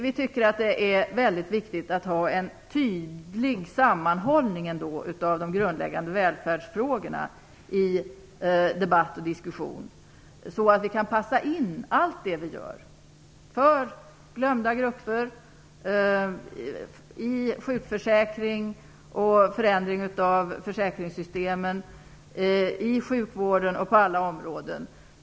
Vi tycker att det är väldigt viktigt att ändå ha en tydlig sammanhållning av de grundläggande välfärdsfrågorna i debatt och diskussion, så att vi kan passa in allt det vi gör för glömda grupper, i sjukförsäkring och när det gäller förändring av försäkringssystemen, i sjukvården och på alla områden.